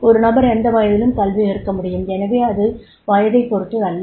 ஒரு நபர் எந்த வயதிலும் கல்வி கற்க முடியும் எனவே அது வயதைப் பொறுத்தது அல்ல